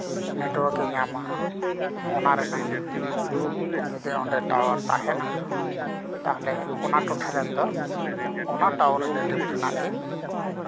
network ᱮ ᱧᱟᱢᱟ ᱚᱱᱟ ᱨᱮᱱᱟᱜ ᱡᱩᱫᱤ ᱚᱸᱰᱮ ᱴᱟᱣᱟᱨ ᱛᱟᱦᱮᱱᱟ ᱛᱟᱦᱚᱞᱮ ᱚᱱᱟ ᱴᱚᱴᱷᱟ ᱨᱮᱱ ᱫᱚ ᱚᱱᱟ ᱴᱟᱣᱟᱨ ᱨᱤᱞᱮᱴᱤᱵᱽ ᱨᱮᱱᱟᱜ ᱜᱮ